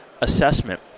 assessment